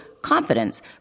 Confidence